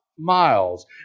Miles